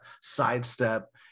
sidestep